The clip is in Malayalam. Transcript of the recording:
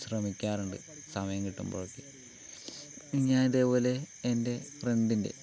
ശ്രമിക്കാറുണ്ട് സമയം കിട്ടുമ്പോഴൊക്കെ ഞാൻ ഇതേപോലെ എൻ്റെ ഫ്രണ്ടിന്